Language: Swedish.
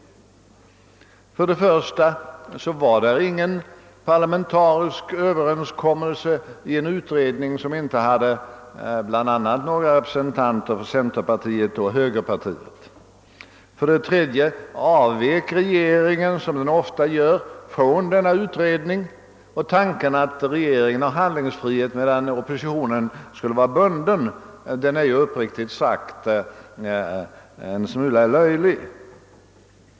För det första gjordes ingen parlamentarisk överenskommelse i utredningen, som bl.a. saknade representanter för centerpartiet och högerpartiet. För det andra frångick regeringen, som den ofta gör, utredningsförslaget, och tanken att regeringen skulle ha handlingsfrihet medan oppositionen skulle vara bunden är uppriktigt sagt en smula löjlig.